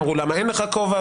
אמרו למה אין לך כובע,